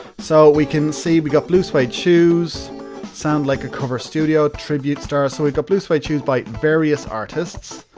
so, we can see, we've got blue suede shoes sound like a cover studio tribute stars, so, we've got blue suede shoes by various artists.